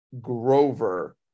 Grover